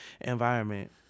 environment